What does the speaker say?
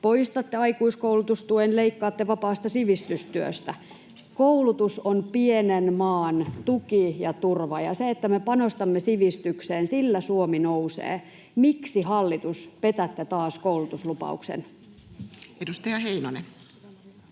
poistatte aikuiskoulutustuen, leikkaatte vapaasta sivistystyöstä. Koulutus on pienen maan tuki ja turva, ja sillä, että me panostamme sivistykseen, Suomi nousee. Miksi, hallitus, petätte taas koulutuslupauksen? Edustaja Heinonen.